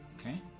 Okay